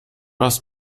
hast